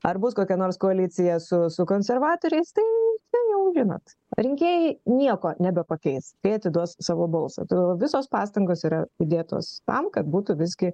ar nus kokia nors koalicija su su konservatoriais tai tai jau žinot rinkėjai nieko nebepakeis kai atiduos savo balsą todėl visos pastangos yra įdėtos tam kad būtų visgi